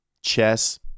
chess